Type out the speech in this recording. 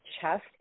chest